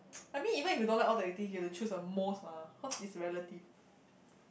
I mean even if you don't like all the activities you have to choose the most mah cause it's reality